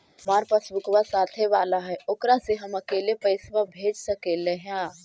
हमार पासबुकवा साथे वाला है ओकरा से हम अकेले पैसावा भेज सकलेहा?